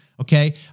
okay